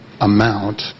amount